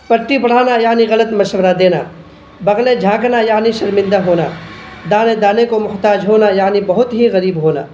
پٹی پڑھانا یعنی غلط مشورہ دینا بغلیں جھانکنا یعنی شرمندہ ہونا دانے دانے کو محتاج ہونا یعنی بہت ہی غریب ہونا